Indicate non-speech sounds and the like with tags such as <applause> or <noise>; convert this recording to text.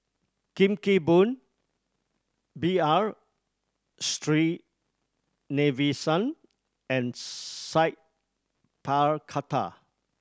Kim Kee Boon B R <unintelligible> and Sat Pal Khattar